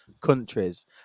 countries